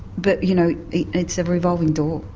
but you know it's a revolving door.